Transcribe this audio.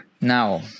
Now